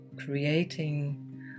creating